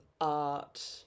art